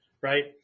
right